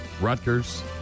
Rutgers